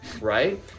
right